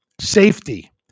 Safety